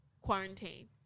quarantine